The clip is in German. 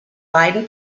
beiden